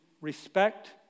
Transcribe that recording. respect